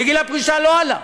וגיל הפרישה לא עלה.